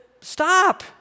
stop